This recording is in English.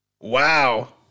Wow